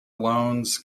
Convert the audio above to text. lowndes